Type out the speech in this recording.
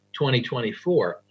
2024